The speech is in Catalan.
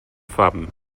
fam